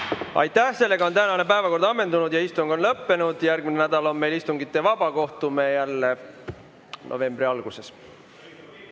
Aitäh! Tänane päevakord on ammendunud ja istung on lõppenud. Järgmine nädal on meil istungitevaba. Kohtume jälle novembri alguses.